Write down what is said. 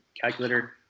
calculator